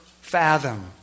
fathom